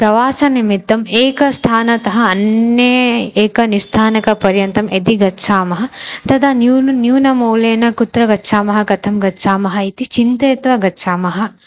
प्रवासनिमित्तम् एकस्थानतः अन्यम् एकं स्थानकपर्यन्तं यदि गच्छामः तदा न्यूनं न्यूनमौलेन कुत्र गच्छामः कथं गच्छामः इति चिन्तयित्वा गच्छामः